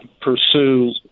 pursue